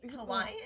Hawaiian